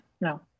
No